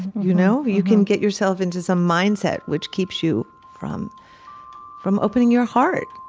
you know you can get yourself into some mindset which keeps you from from opening your heart